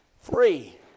free